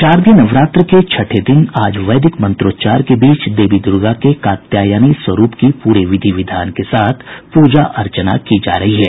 शारदीय नवरात्र के छठे दिन आज वैदिक मंत्रोच्चार के बीच देवी दूर्गा के कात्यायनी स्वरूप की पूरे विधि विधान के साथ पूजा अर्चना की जा रही है